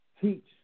teach